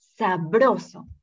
sabroso